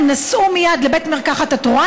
הם נסעו מייד לבית המרקחת התורן,